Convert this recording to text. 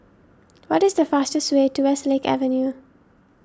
what is the fastest way to Westlake Avenue